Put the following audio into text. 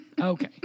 Okay